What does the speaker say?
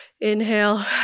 Inhale